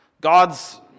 God's